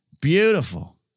Beautiful